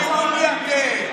שיראו מי אתם,